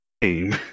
game